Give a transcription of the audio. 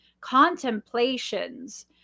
contemplations